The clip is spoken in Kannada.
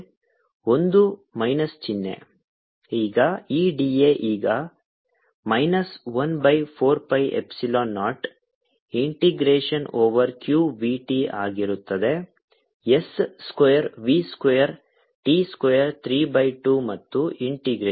da q2ϵ0vtR2v2t232 1 ಈಗ E d a ಈಗ minus 1 by 4 pi epsilon naught integration over q v t ಆಗಿರುತ್ತದೆ s square v square t square 3 by 2 ಮತ್ತು ಇಂಟಿಗ್ರೇಶನ್